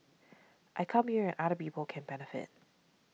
I come here and other people can benefit